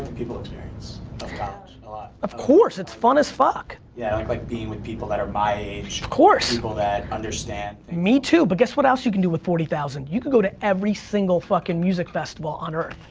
people experience of college. ah of course, it's fun as fuck. yeah, i like like being with people that are my age. of course! people that understand and me too, but guess what else you can do with forty thousand. you could go to every single fucking music festival on earth.